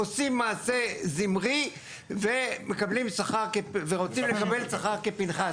הם עושים מעשה זמרי ורוצים לקבל שכר כפנחס.